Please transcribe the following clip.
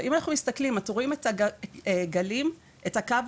אם אנחנו מסתכלים אתם רואים את הגלים, את הקו,